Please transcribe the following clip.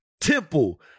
Temple